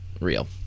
real